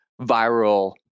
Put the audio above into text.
viral